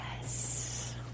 Yes